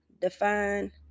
define